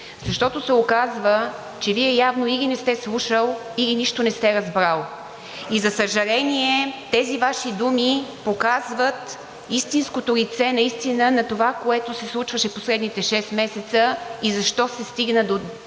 защото се оказва, че Вие явно или не сте слушали, или нищо не сте разбрали и за съжаление, тези Ваши думи показват истинското лице наистина на това, което се случваше последните шест месеца и защо се стигна до този